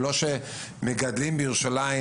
ולא שמגדלים בירושלים,